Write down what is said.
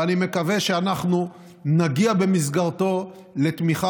ואני מקווה שאנחנו נגיע במסגרתו לתמיכה